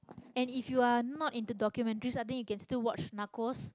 and if you are not into documentaries I think you can still watch Narcos